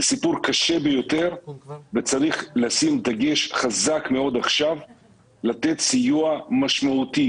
סיפור קשה ביותר וצריך לשים דגש חזק מאוד עכשיו לתת סיוע משמעותי,